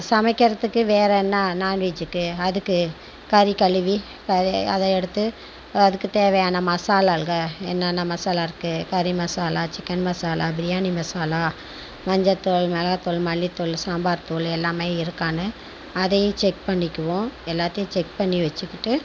சமைக்கிறதுக்கு வேறு என்ன நான்வெஜ்ஜிக்கு அதுக்கு கரி கழுவி அதை எடுத்து அதுக்கு தேவையான மாசாலாகள் என்னென்னா மசாலாருக்கு கறிமசாலா சிக்கென் மசாலா பிரியாணி மசாலா மஞ்சத்தூள் மிளகாய்த்தூள் மல்லித்தூள் சாம்பார்த்தூள் எல்லாமே இருக்கானு அதையும் செக் பண்ணிக்குவோம் எல்லாத்தையும் செக் பண்ணி வச்சுக்கிட்டு